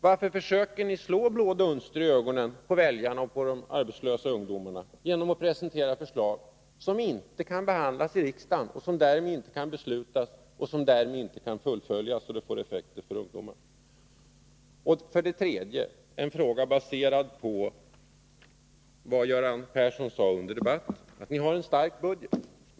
Varför försöker ni slå blå dunster i ögonen på väljarna och på de arbetslösa ungdomarna genom att presentera förslag som inte kan behandlas i riksdagen och som därför inte kan beslutas eller fullföljas på ett sådant sätt att de får effekter för ungdomarna? Göran Persson sade tidigare i debatten att ni har en stark budget.